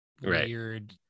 weird